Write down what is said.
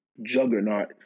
juggernaut